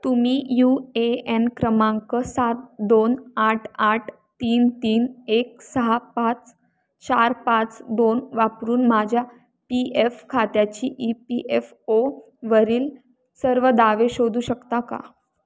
तुम्ही U A N क्रमांक सात दोन आठ आठ तीन तीन एक सहा पाच चार पाच दोन वापरून माझ्या पी एफ खात्याची ई पी एफ ओवरील सर्व दावे शोधू शकता का